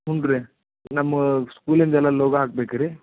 ಹ್ಞೂ ರೀ ನಮ್ಮ ಸ್ಕೂಲಿಂದ ಎಲ್ಲ ಲೋಗೊ ಹಾಕ್ಬೇಕು ರೀ